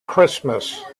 christmas